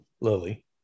Lily